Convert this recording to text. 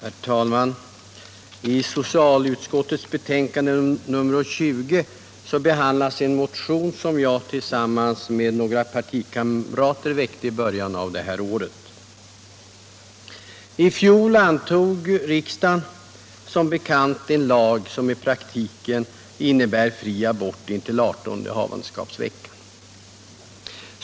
Herr talman! I socialutskottets förevarande betänkande nr 20 behandlas bl.a. en motion som jag tillsammans med några partikamrater väckte i början av detta år. I fjol antog riksdagen som bekant en lag, som i praktiken innebär fri abort intill 18:e havandeskapsveckan.